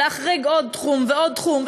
להחריג עוד תחום ועוד תחום,